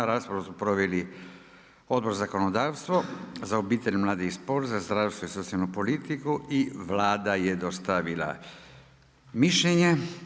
Raspravu su proveli Odbor za zakonodavstvu, za obitelj, mladih i spor, za zdravstvo i socijalnu politiku i Vlada je dostavila mišljenje.